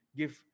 give